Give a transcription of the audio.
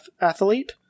athlete